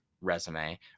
resume